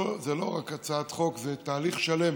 זה לא רק הצעת חוק, זה תהליך שלם